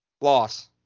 loss